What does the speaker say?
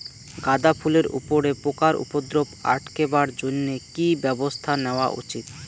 গাঁদা ফুলের উপরে পোকার উপদ্রব আটকেবার জইন্যে কি ব্যবস্থা নেওয়া উচিৎ?